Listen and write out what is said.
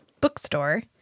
bookstore